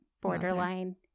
borderline